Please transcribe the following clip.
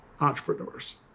entrepreneurs